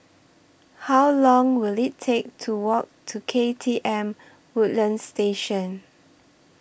How Long Will IT Take to Walk to K T M Woodlands Station